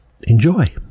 enjoy